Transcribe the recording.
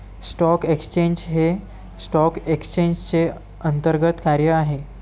stock exchange हे stock एक्सचेंजचे अंतर्गत कार्य आहे